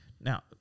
now